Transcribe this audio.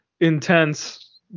intense